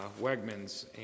Wegmans